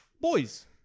Boys